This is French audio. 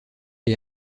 les